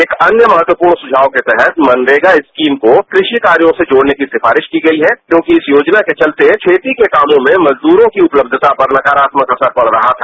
एक अन्य महत्वपूर्ण सुझाव के तहत मनरेगा स्कीम को कृषि कार्यो से जोड़ने की सिफारिश की गई है क्यांकि इस योजना के चलते खेती के कामों में मजदूरों की उपलब्धता पर नकारात्मक असर पड़ रहा था